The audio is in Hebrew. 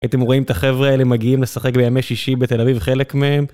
הייתם רואים את החבר'ה האלה מגיעים לשחק בימי שישי בתל אביב חלק מהם